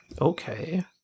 Okay